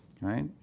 right